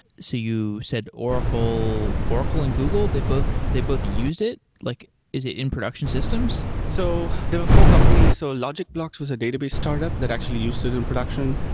so you said oracle oracle and google. they both they both used it? like is it production systems? so there are four companies. so lockblocks was a database startup that actually used it in production.